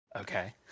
Okay